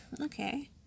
Okay